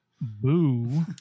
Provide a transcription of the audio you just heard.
boo